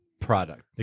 product